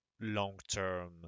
long-term